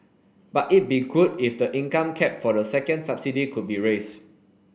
but it'd be good if the income cap for the second subsidy could be raised